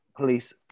police